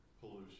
pollution